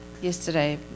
yesterday